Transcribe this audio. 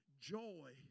joy